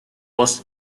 was